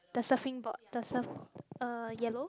the surfing board the surf uh yellow